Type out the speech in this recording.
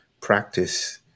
practice